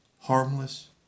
Harmless